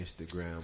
Instagram